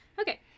Okay